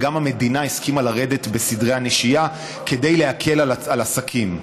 והמדינה הסכימה לרדת בסדרי הנשייה כדי להקל על עסקים.